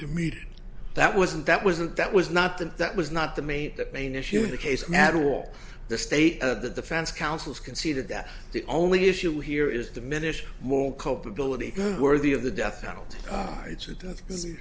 meeting that wasn't that wasn't that was not that that was not the main the main issue in the case at all the state of the defense counsel's conceded that the only issue here is diminished moral culpability worthy of the death penalty it's with